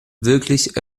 wirklich